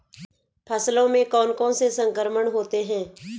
फसलों में कौन कौन से संक्रमण होते हैं?